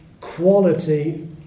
quality